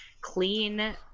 clean